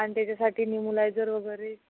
आणि त्याच्यासाठी नेबुलायझर वगैरे